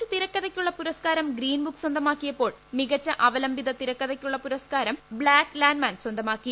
മികച്ച തിരക്കഥയ്ക്കുള്ള പൂരസ്കാരം ഗ്രീൻബുക്ക് സ്വന്തമാക്കിയപ്പോൾ മികച്ച അവലംബിത തിരക്കഥയ്ക്കുള്ള പുരസ്കാരം ബ്ലാക്ക് ലാൻസ് മാൻ സ്വന്തമാക്കി